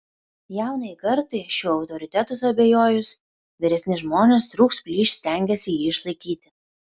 jaunajai kartai šiuo autoritetu suabejojus vyresni žmonės trūks plyš stengiasi jį išlaikyti